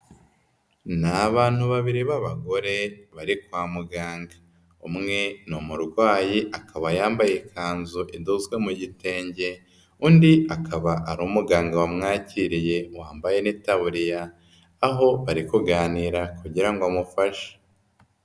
Ni abantu babiri b'abagore bari kwa muganga umwe ni umurwayi akaba yambaye ikanzu idozwe mu gitenge, undi akaba ari umuganga wamwakiriye wambaye n'itaburiya aho bari kuganira kugira ngo amufashe.